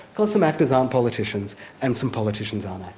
because some actors aren't politicians and some politicians aren't